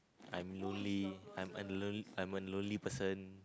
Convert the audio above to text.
I'm lonely I'm a lo~ I'm a lonely person